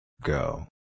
Go